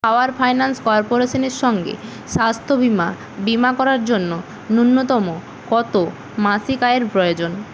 পাওয়ার finance কর্পোরেশনের সঙ্গে স্বাস্থ্য বীমা বীমা করার জন্য ন্যূনতম কত মাসিক আয়ের প্রয়োজন